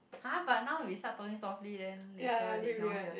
!huh! but now we start talking softly then later they cannot hear